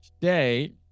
today